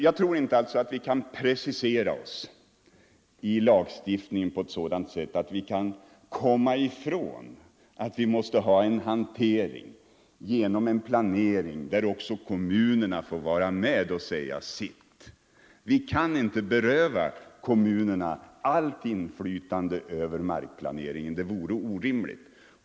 Jag tror inte att vi i lagstiftningen kan precisera oss på ett sådant sätt att vi kan komma ifrån att hantera de här frågorna genom en planering där också kommunerna får vara med och säga sitt. Vi kan inte beröva kommunerna allt inflytande över markplaneringen. Det vore orimligt.